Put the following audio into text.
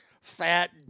fat